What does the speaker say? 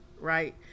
Right